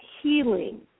healing